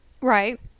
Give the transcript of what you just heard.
right